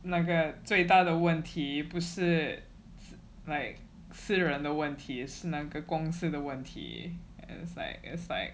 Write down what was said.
那个最大的问题不是 like 私人的问题是那个公司的问题 and it's like it's like